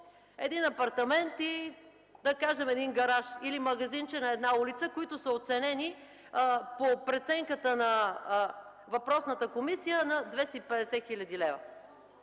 един апартамент и, да кажем, един гараж или магазинче на една улица, които са оценени, по преценката на въпросната комисия, на 250 хил. лв.